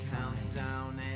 countdown